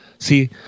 See